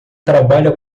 trabalha